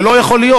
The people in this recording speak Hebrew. זה לא יכול להיות.